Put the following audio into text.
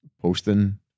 posting